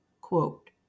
Quote